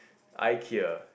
Ikea